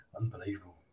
Unbelievable